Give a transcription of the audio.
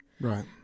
Right